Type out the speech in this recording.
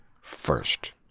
first